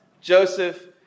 Joseph